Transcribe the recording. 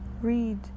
read